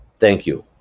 thank you.